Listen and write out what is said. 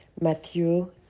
Matthew